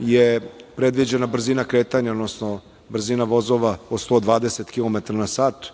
je predviđena brzina kretanja, odnosno brzina vozova od 120 kilometra na sat.